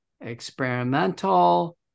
experimental